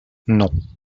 non